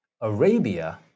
Arabia